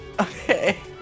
Okay